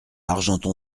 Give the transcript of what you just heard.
argenton